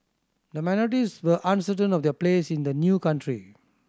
the minorities were uncertain of their place in the new country